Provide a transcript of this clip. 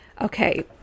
Okay